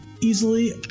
easily